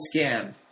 scam